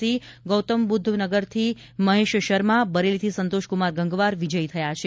સિંઘ ગૌતમ બુદ્ધ નગરથી મહેશ શર્મા બરેલીથી સંતોષકુમાર ગંગવાર વિજયી થયા છે